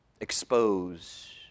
Expose